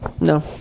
No